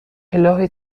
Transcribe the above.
الهی